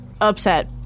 upset